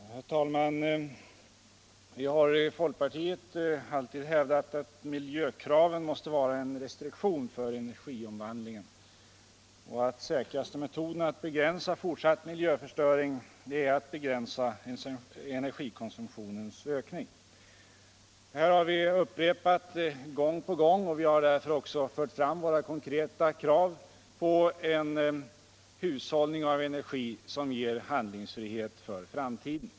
Herr talman! Vi har i folkpartiet hävdat att miljökraven måste vara en restriktion för energiomvandlingen och att den säkraste metoden att begränsa fortsatt miljöförstöring är att begränsa energikonsumtionens ökning. Detta har vi upprepat gång på gång, och vi har därför också fört fram våra konkreta krav på en hushållning med energi som ger handlingsfrihet för framtiden.